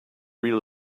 real